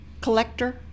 collector